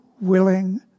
willing